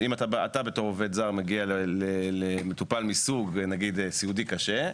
אתה כעובד זר מגיע למטופל שהוא נגיד סיעודי קשה,